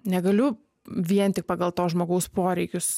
negaliu vien tik pagal to žmogaus poreikius